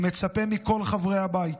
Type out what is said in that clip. אני מצפה מכל חברי הבית